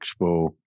Expo